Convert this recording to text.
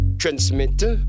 transmitter